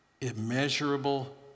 immeasurable